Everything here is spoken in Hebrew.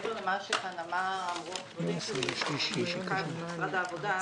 מעבר למה שאמרו החברים שלי ומשרד העבודה,